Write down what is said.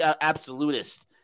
absolutist